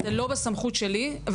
זה לא בסכמות שלי.